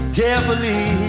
carefully